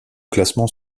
classement